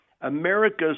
America's